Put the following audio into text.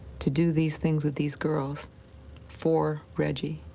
to do these things with these girls for reggie.